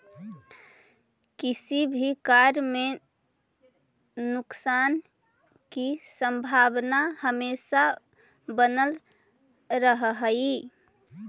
किसी भी कार्य में नुकसान की संभावना हमेशा बनल रहअ हई